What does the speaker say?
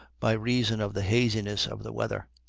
by reason of the haziness of the weather.